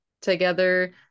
together